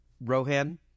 Rohan